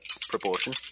proportion